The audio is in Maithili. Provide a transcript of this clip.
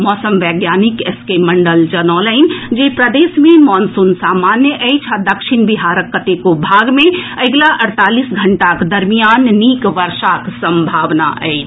मौसम वैज्ञानिक एस के मंडल जनौलनि जे प्रदेश मे मॉनसून सामान्य अछि आ दक्षिण बिहारक कतेको भाग मे अगिला अड़तालीस घंटाक दरमियान नीक वर्षाक सम्भावना अछि